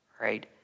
right